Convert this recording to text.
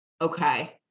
okay